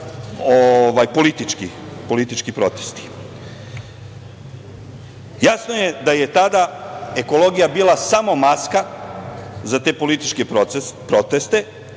politički protesti. Jasno je da je tada ekologija bila samo maska za te političke proteste,